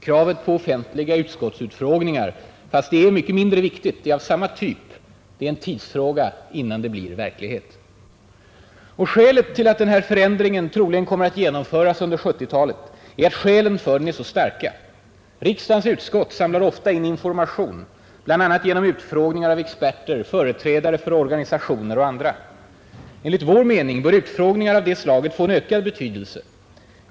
Kravet på offentliga utskottsutfrågningar — fastän det är mycket mindre viktigt — är av samma typ: det är troligen en tidsfråga innan det blir verklighet. Och skälet till att den här förändringen sannolikt kommer att genomföras under 1970-talet är att skälen för den är så starka. Riksdagens utskott samlar ofta in information, bl.a. genom utfrågningar av experter, företrädare för organisationer och andra. Enligt vår mening bör utfrågningar av det slaget få en ökad betydelse.